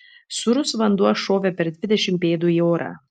sūrus vanduo šovė per dvidešimt pėdų į orą